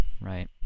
right